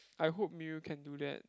I hope Miru can do that